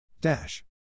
Dash